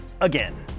again